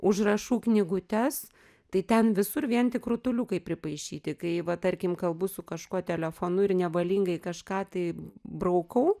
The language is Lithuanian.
užrašų knygutes tai ten visur vien tik rutuliukai pripaišyti kai va tarkim kalbu su kažkuo telefonu ir nevalingai kažką tai braukau